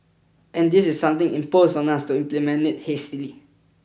and this is something imposed on us to implement it hastily